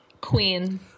Queen